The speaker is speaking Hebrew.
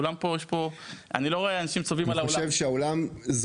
אני חושב שהאולם הריק הזה